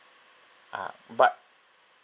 ah but